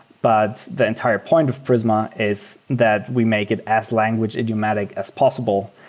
but the entire point of prisma is that we make it as language-idiomatic as possible,